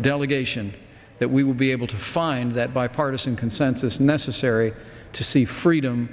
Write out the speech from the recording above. delegation that we will be able to find that bipartisan consensus necessary to see freedom